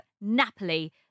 Napoli